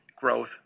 growth